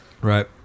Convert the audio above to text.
Right